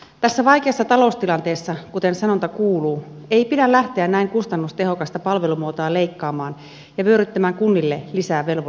tässä vaikeassa taloustilanteessa kuten sanonta kuuluu ei pidä lähteä näin kustannustehokasta palvelumuotoa leikkaamaan ja vyöryttämään kunnille lisää velvollisuuksia